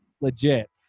legit